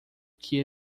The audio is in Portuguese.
que